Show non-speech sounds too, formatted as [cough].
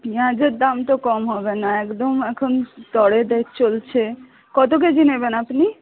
পেঁয়াজের দাম তো কম হবে না একদম এখন [unintelligible] চলছে কত কেজি নেবেন আপনি